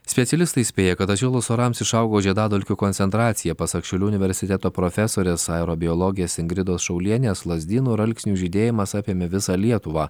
specialistai įspėja kad atšilus orams išaugo žiedadulkių koncentracija pasak šiaulių universiteto profesorės aerobiologės ingridos šaulienės lazdynų ir alksnių žydėjimas apėmė visą lietuvą